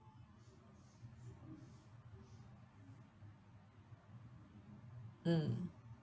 mm